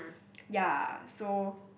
ya so